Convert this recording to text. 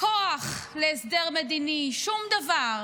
לא ראיתי דבר כזה.